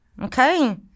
Okay